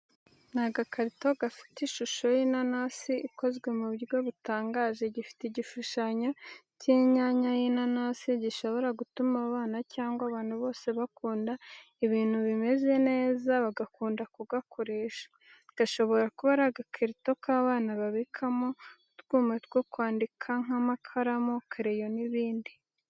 Ni agakarito gafite ishusho y’inanasi ikozwe mu buryo butangaje gifite igishushanyo cy’inyanya y’inanasi gishobora gutuma abana cyangwa abantu bose bakunda ibintu bimeze neza bagakunda kugakoresha. Gashobora kuba ari agakarito k’abana babikamo utwuma two kwandika nk’amakaramu, crayons, n’ibindi.